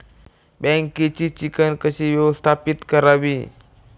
बँकेची चिकण कशी व्यवस्थापित करावी?